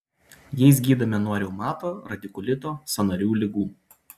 jais gydome nuo reumato radikulito sąnarių ligų